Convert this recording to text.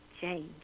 change